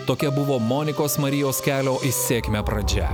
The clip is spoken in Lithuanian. tokia buvo monikos marijos kelio į sėkmę pradžia